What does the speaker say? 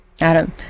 Adam